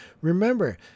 Remember